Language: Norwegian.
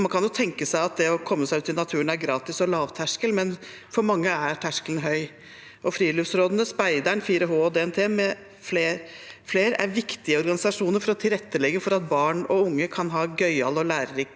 Man kan jo tenke seg at det å komme seg ut i naturen er gratis og lavterskel, men for mange er terskelen høy. Friluftsrådene, Speideren, 4H, DNT og Den Norske Turistforening med flere er viktige organisasjoner for å tilrettelegge for at barn og unge kan ha gøyale og lærerike